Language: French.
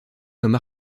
comme